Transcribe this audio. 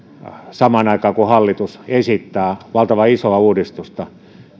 samaan aikaan kun hallitus esittää valtavan isoa uudistusta